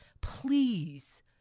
please